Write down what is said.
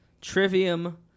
Trivium